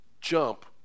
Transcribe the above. jump